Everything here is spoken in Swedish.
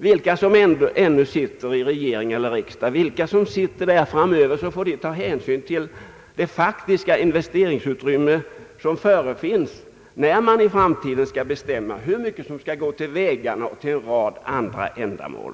Vilka som än sitter i regering och riksdag i framtiden måste de ta hänsyn till det faktiska investeringsutrymme som kommer att finnas när de skall bestämma hur mycket som skall gå till vägar och hur mycket som skall gå till en rad andra ändamål.